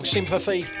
Sympathy